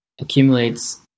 accumulates